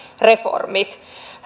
reformit